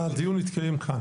את כאילו מדלגת על זה.